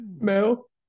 Mel